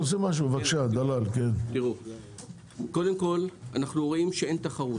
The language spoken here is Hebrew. היושב-ראש, קודם כול, אנחנו רואים שאין תחרות.